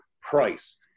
price